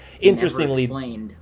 Interestingly